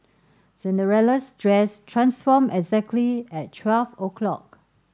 Cinderella's dress transformed exactly at twelve o'clock